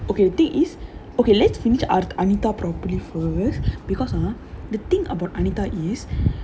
okay the thing is okay let's finish a~ anita properly first because ah the thing about anita is